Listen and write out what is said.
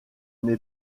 n’ai